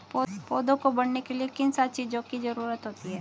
पौधों को बढ़ने के लिए किन सात चीजों की जरूरत होती है?